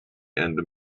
and